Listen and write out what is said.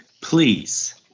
please